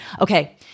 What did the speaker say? Okay